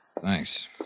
Thanks